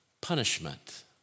punishment